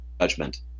judgment